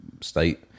state